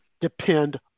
depend